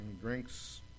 drinks